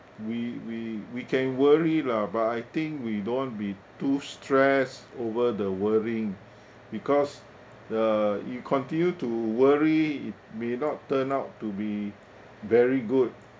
we we we can worry lah but I think we don't be too stressed over the worrying because the you continue to worry it may not turn out to be very good